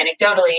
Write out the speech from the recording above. Anecdotally